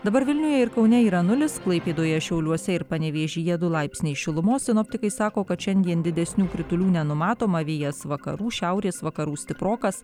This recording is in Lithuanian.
dabar vilniuje ir kaune yra nulis klaipėdoje šiauliuose ir panevėžyje du laipsniai šilumos sinoptikai sako kad šiandien didesnių kritulių nenumatoma vėjas vakarų šiaurės vakarų stiprokas